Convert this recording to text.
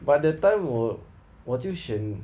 but that time 我我就选